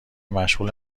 مشغول